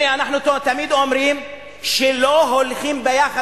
אנחנו תמיד אומרים שזה לא הולך יחד,